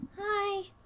Hi